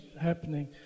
happening